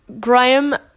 Graham